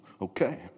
Okay